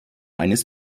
eines